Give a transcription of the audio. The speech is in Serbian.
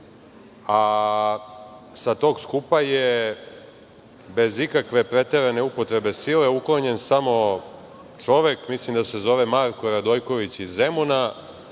a sa tog skupa je, bez ikakve preterane upotrebe sile, uklonjen samo čovek, mislim da se zove Marko Radojković iz Zemuna,